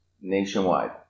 nationwide